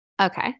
Okay